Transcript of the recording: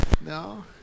no